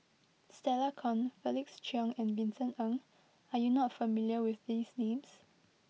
Stella Kon Felix Cheong and Vincent Ng are you not familiar with these names